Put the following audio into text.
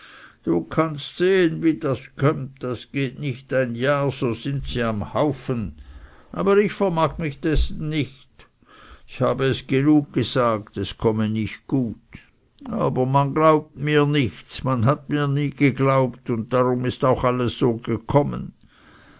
du kannst sehen wie das kömmt das geht nicht ein jahr so sind sie am haufen aber ich vermag mich dessen nichts ich habe es genug gesagt es komme nicht gut aber man glaubt mir nichts man hat mir nie geglaubt darum ist auch alles so gekommen